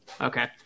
Okay